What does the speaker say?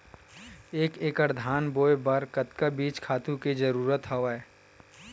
एक एकड़ धान बोय बर कतका बीज खातु के जरूरत हवय?